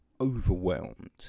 overwhelmed